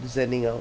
zenning out